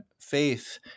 faith